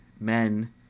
men